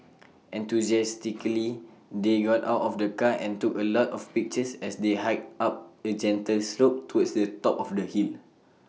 enthusiastically they got out of the car and took A lot of pictures as they hiked up A gentle slope towards the top of the hill